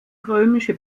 römische